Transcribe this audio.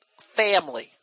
family